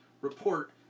report